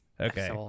Okay